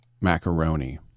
macaroni